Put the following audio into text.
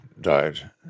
died